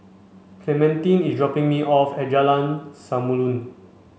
clementine is dropping me off at Jalan Samulun